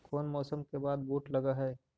कोन मौसम के बाद बुट लग है?